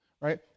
right